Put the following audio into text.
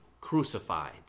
crucified